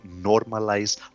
normalize